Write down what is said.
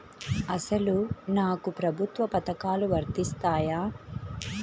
అసలు నాకు ప్రభుత్వ పథకాలు వర్తిస్తాయా?